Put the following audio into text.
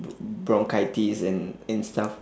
b~ bronchitis and and stuff